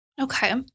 Okay